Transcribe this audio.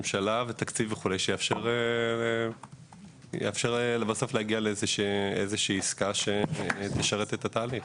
ממשלה ותקציב וכו' שיאפשר לבסוף להגיע לאיזושהי עסקה שתשרת את התהליך.